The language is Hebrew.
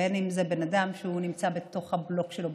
בין אם זה לבן אדם שנמצא בתוך הבלוק שלו,